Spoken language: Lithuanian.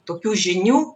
tokių žinių